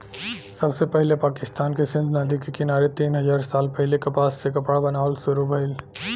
सबसे पहिले पाकिस्तान के सिंधु नदी के किनारे तीन हजार साल पहिले कपास से कपड़ा बनावल शुरू भइल